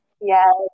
Yes